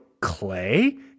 Clay